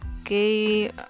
okay